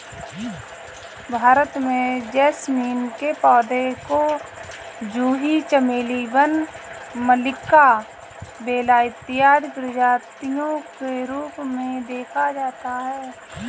भारत में जैस्मीन के पौधे को जूही चमेली वन मल्लिका बेला इत्यादि प्रजातियों के रूप में देखा जाता है